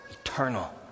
eternal